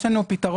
יש לנו פתרון